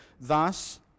Thus